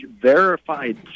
verified